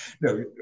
no